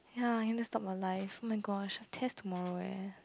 ya he need stop a life oh my gosh test tomorrow eh